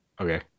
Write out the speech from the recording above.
Okay